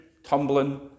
tumbling